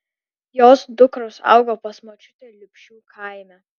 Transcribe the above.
jos dukros augo pas močiutę liupšių kaime